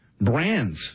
brands